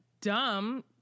dumb